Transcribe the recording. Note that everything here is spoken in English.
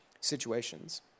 situations